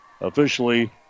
officially